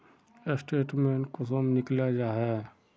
Statement कुंसम निकले जाहा?